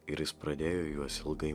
ir jis pradėjo juos ilgai